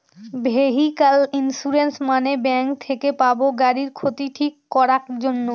vehicle insurance মানে bank থেকে পাবো গাড়ির ক্ষতি ঠিক করাক জন্যে